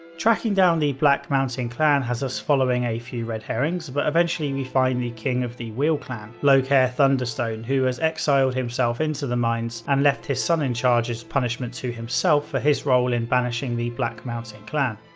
tracking down the black mountain clan has us following a few red herrings, but eventually we find the king of the wheel clan, loghaire thunderstone, who has exiled himself into the mines and left his son in charge as punishment to himself for his role in banishing the black mountain clan.